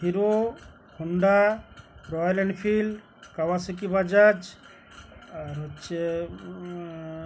hero Honda Royal Enfield Kawasaki Bajaj আর হচ্ছে